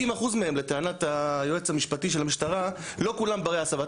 לטענת היועץ המשפטי של המשטרה לא כולם ברי הסבה,